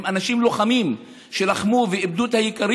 הם אנשים לוחמים שלחמו ואיבדו את היקר